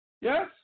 Yes